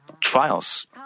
trials